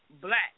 black